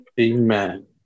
Amen